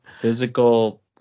Physical